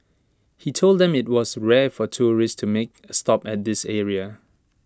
he told them IT was rare for tourists to make A stop at this area